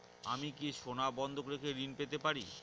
আমি কি সোনা বন্ধক রেখে ঋণ পেতে পারি?